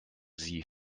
sie